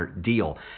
deal